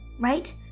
right